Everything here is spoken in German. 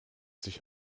sich